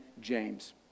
James